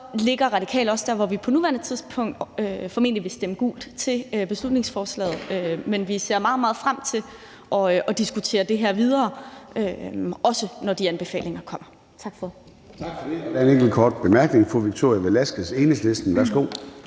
ligger Radikale også på nuværende tidspunkt sådan, at vi formentlig vil stemme gult til beslutningsforslaget. Men vi ser meget, meget frem til at diskutere det her videre, også når de anbefalinger kommer.